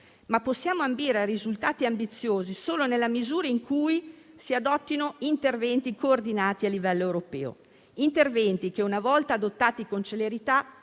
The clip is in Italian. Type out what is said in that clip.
ma possiamo puntare a risultati ambiziosi solo nella misura in cui si adottino interventi coordinati a livello europeo, che una volta adottati con celerità